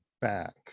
back